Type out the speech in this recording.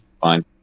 fine